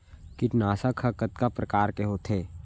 कीटनाशक ह कतका प्रकार के होथे?